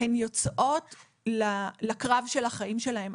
הן יוצאות לקרב של החיים שלהן.